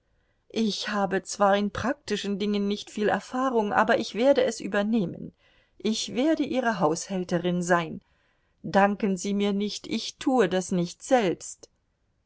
ich habe zwar in praktischen dingen nicht viel erfahrung aber ich werde es übernehmen ich werde ihre haushälterin sein danken sie mir nicht ich tue das nicht selbst